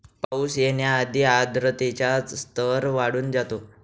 पाऊस येण्याआधी आर्द्रतेचा स्तर वाढून जातो